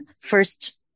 first